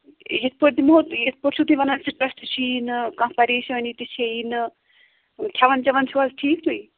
یِتھٕ پٲٹھۍ دِمہو تۅہہِ یِتھٕ پٲٹھۍ چھُو تہۍ وَنان سِٹرٛٮس تہِ چھُ یِیی نہٕ کانٛہہ پریشٲنی تہِ چھَ یِیی نہٕ کھٮ۪وَن چٮ۪ون چھُو حظ ٹھیٖک تُہۍ